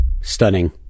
Stunning